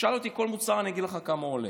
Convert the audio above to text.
תשאל אותי כל מוצר, אגיד לך כמה הוא עולה.